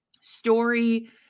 story